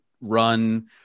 run